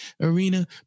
arena